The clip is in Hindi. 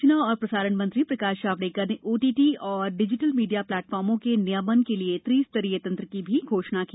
सूचना और प्रसारण मंत्री प्रकाश जावड़ेकर ने ओटीटी और डिजिटल मीडिया प्लेटफार्मों के नियमन के लिए त्रिस्तरीय तंत्र की भी घोषणा की